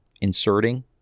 inserting